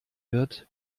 wird